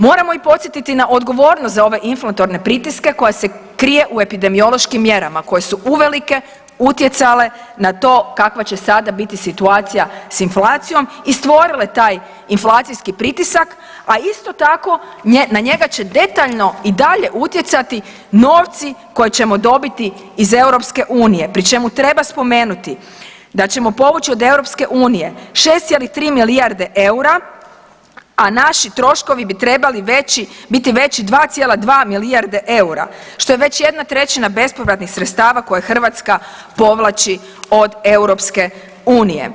Moramo i podsjetiti na odgovornost na ove inflatorne pritiske koje se krije u epidemiološkim mjerama koje su uvelike utjecale na to kakva će sada biti situacija s inflacijom i stvorile taj inflacijski pritisak, a isto tako na njega će detaljno i dalje utjecati novci koje ćemo dobiti iz EU, pri čemu treba spomenuti da ćemo povući od EU 6,3 milijarde eura, a naši troškovi bi trebali biti veći 2,2 milijarde eura što je već jedna trećina bespovratnih sredstava koje Hrvatska povlači od EU.